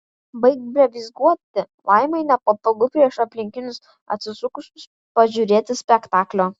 baik blevyzgoti laimai nepatogu prieš aplinkinius atsisukusius pažiūrėti spektaklio